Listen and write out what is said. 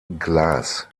glas